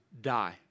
die